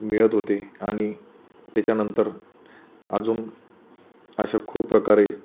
मिळत होते आणि त्याच्यानंतर अजून अशा खूप प्रकारे